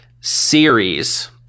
series